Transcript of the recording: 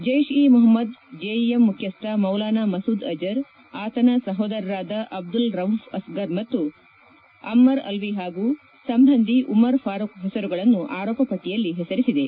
ಜೈಪ್ e Mohammed JeM ಮುಖ್ನಸ್ವ ಮೌಲಾನಾ ಮಸೂದ್ ಅಜರ್ ಆತನ ಸಹೋದರರಾದ ಅಬ್ದುಲ್ ರವೂಫ್ ಅಸ್ಸರ್ ಹಾಗೂ ಅಮ್ನರ್ ಅಲ್ಲಿ ಹಾಗೂ ಸಂಬಂಧಿ ಉಮರ್ ಫಾರೂಕ್ ಹೆಸರುಗಳನ್ನು ಆರೋಪ ಪಟ್ಲಿಯಲ್ಲಿ ಹೆಸರಿಸಿದೆ